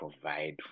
provide